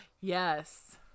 Yes